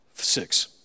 six